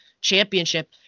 championship